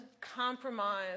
compromise